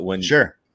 Sure